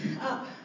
up